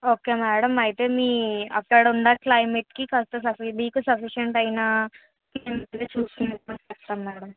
okay madam అయితే మీ అక్కడ ఉన్న క్లైమేట్కి కాస్త సఫీ మీకు సఫిషియెంట్ అయినా అన్ని చూసుకుని చెప్తాను మేడం